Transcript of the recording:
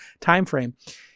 timeframe